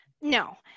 no